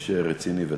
איש רציני וטוב.